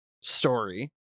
story